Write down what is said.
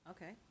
Okay